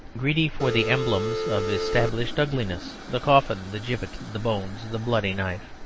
greedy for the emblems of established ugliness, the coffin, the gibbet, the bones, the bloody knife.